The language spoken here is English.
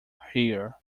here